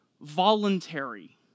voluntary